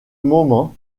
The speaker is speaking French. moment